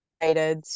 excited